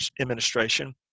Administration